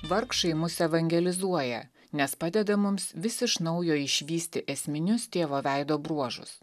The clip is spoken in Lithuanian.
vargšai mus evangelizuoja nes padeda mums vis iš naujo išvysti esminius tėvo veido bruožus